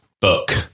book